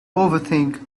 overthink